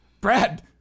Brad